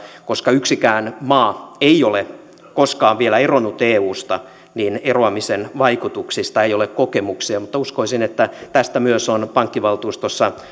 koska yksikään maa ei ole koskaan vielä eronnut eusta niin eroamisen vaikutuksista ei ole kokemuksia mutta uskoisin että tästä myös on pankkivaltuustossa